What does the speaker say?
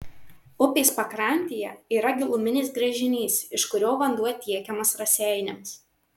upės pakrantėje yra giluminis gręžinys iš kurio vanduo tiekiamas raseiniams